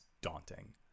daunting